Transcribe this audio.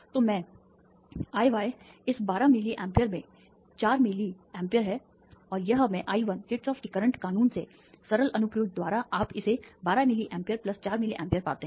तो मैं y इस 12 मिलीA में चार मिलीA है और यह मैं I1 किरचॉफ के करंट कानून के सरल अनुप्रयोग द्वारा आप इसे 12 मिली amp चार मिली amp पाते हैं